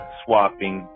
swapping